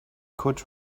could